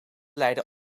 lijden